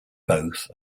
both